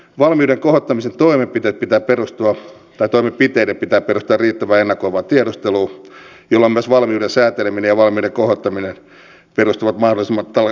valmiuden kohottamisen toimenpiteiden pitää perustua riittävään ennakoivaan tiedusteluun jolloin myös valmiuden sääteleminen ja valmiuden kohottaminen perustuvat mahdollisimman tarkkaan tilannekuvaan